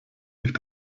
sich